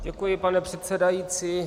Děkuji, pane předsedající.